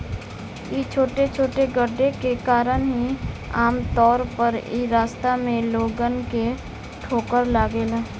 इ छोटे छोटे गड्ढे के कारण ही आमतौर पर इ रास्ता में लोगन के ठोकर लागेला